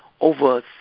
over